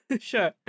Sure